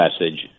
message